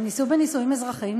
הם נישאו בנישואים אזרחיים,